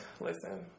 Listen